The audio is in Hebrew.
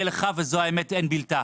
וזו האמת ואין בילתה.